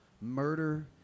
Murder